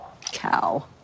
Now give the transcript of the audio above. cow